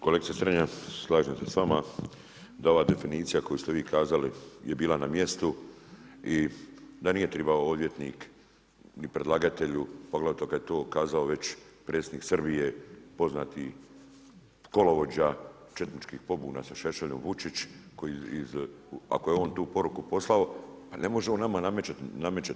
Kolegice Strenja, slažem se sa vama da ova definicija koju ste vi kazali je bila na mjestu i da nije tribao odvjetnik, ni predlagatelju poglavito kad je to kazao već predsjednik Srbije poznati kolovođa četničkih pobuna sa Šešeljom Vučić koji ako je on tu poruku poslao, pa ne može on nama namećat.